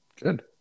Good